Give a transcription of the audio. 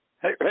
Hey